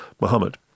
muhammad